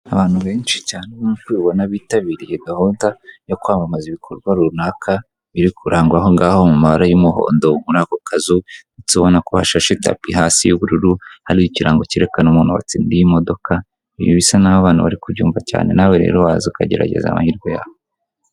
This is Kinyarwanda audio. Abantu benshi cyane nkuko ubibona bitabiriye gahunda yo kwamamaza ibikorwa runaka, biri kurangwa aho ngaho mu mabara y'umuhondo muri ako kazu, ndetse ubonako hasashe itapi hasi y'ubururu, hariho ikirango kerekana umuntu watsindiye imodoka, ibintu bisa nkaho abantu bari kubyumva cyane, nawe rero waza ukagerageza amahirwe yawe.